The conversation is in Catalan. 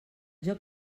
joc